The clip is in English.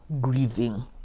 grieving